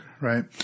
right